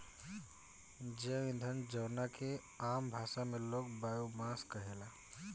जैव ईंधन जवना के आम भाषा में लोग बायोमास कहेला